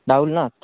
down না